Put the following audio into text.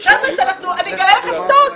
אני אגלה לכם סוד.